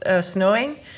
snowing